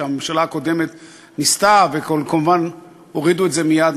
שהממשלה הקודמת ניסתה וכמובן הורידו את זה מייד,